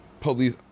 police